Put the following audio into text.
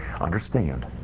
understand